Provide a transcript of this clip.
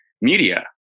media